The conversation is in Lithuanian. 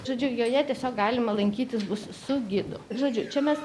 žodžiu joje tiesiog galima lankytis bus su gidu žodžiu čia mes